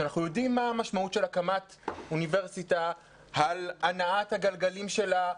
כי אנחנו יודעים מה המשמעות של הקמת אוניברסיטה על הנעת הגלגלים שלה,